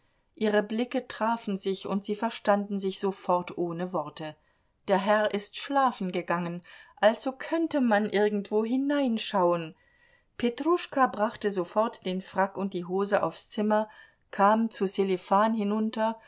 ihre blicke trafen sich und sie verstanden sich sofort ohne worte der herr ist schlafen gegangen also könnte man irgendwo hineinschauen petruschka brachte sofort den frack und die hose aufs zimmer kam zu sselifan hinunter